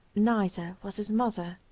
neither was his mother.